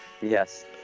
Yes